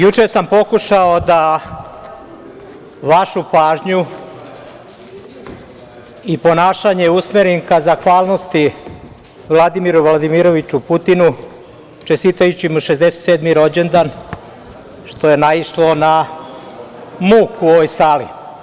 Juče sam pokušao da vašu pažnju i ponašanje usmerim ka zahvalnosti Vladimiru Vladimiroviču Putinu, čestitajući mu 67. rođendan, što je naišlo na muk u ovoj sali.